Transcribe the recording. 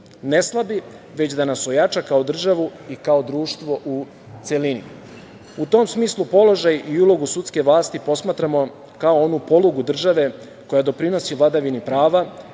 ne slabi, već da nas ojača kao državu i kao društvo u celini. U tom smislu, položaj i ulogu sudske vlasti posmatramo kao onu polugu države koja doprinosi vladavini prava,